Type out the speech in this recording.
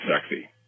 sexy